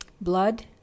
Blood